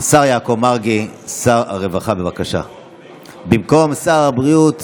השר יעקב מרגי, שר הרווחה, במקום שר הבריאות